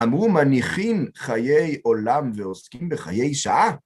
אמרו מניחים חיי עולם ועוסקים בחיי שעה.